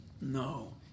No